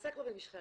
עסקנו במשכי הזמן.